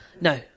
No